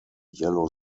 yellow